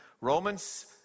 Romans